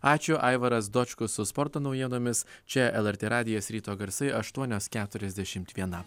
ačiū aivaras dočkus su sporto naujienomis čia lrt radijas ryto garsai aštuonios keturiasdešimt viena